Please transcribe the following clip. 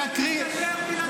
כתוב: לכו לעזאזל, נסתדר בלעדיכם.